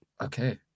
okay